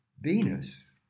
Venus